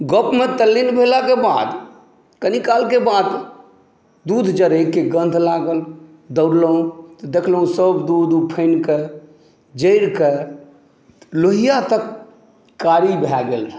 गपमे तल्लीन भेलाके बाद कनीकालके बाद दूध जड़यके गन्ध लागल दौड़लहुँ तऽ देखलहुँ सभ दूध ऊफ़नि कऽ जड़ि कऽ लोहिआ तक कारी भए गेल रहय